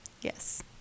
yes